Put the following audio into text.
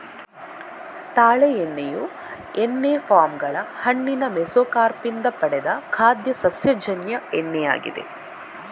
ತಾಳೆ ಎಣ್ಣೆಯು ಎಣ್ಣೆ ಪಾಮ್ ಗಳ ಹಣ್ಣಿನ ಮೆಸೊಕಾರ್ಪ್ ಇಂದ ಪಡೆದ ಖಾದ್ಯ ಸಸ್ಯಜನ್ಯ ಎಣ್ಣೆಯಾಗಿದೆ